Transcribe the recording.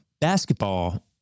basketball